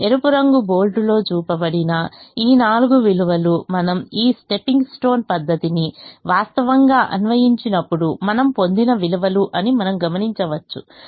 ఎరుపు రంగు బోల్డ్లో చూపబడిన ఈ నాలుగు విలువలు మనము ఈ స్టెప్పింగ్ స్టోన్ పద్ధతిని వాస్తవంగా అన్వయించినప్పుడు మనము పొందిన విలువలు అని మనము గమనించవచ్చు